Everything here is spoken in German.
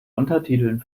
untertiteln